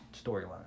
storyline